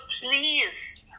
please